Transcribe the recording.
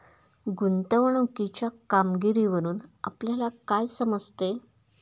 गुंतवणुकीच्या कामगिरीवरून आपल्याला काय समजते?